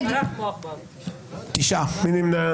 מי נמנע?